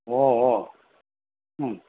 ओ ओ